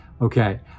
okay